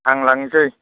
आं लांसै